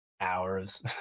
hours